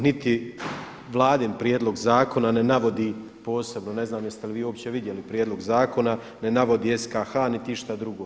Niti Vladin prijedlog zakona ne navodi posebno, ne znam jeste li vi uopće vidjeli prijedlog zakona, ne navodi SKH niti išta drugo.